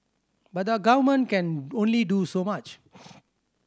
but the Government can only do so much